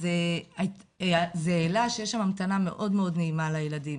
אז זה העלה שיש שם המתנה מאוד מאוד נעימה לילדים,